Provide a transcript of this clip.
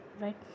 right